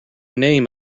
name